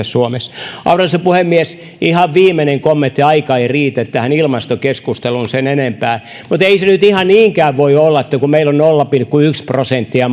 suomessa arvoisa puhemies ihan viimeinen kommentti aika ei riitä tähän ilmastokeskusteluun sen enempää mutta ei se nyt ihan niinkään voi olla että meillä on nolla pilkku yksi prosenttia